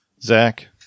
Zach